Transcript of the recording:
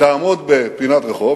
תעמוד בפינת רחוב,